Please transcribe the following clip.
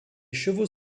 chevaux